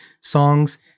songs